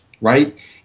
right